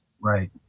right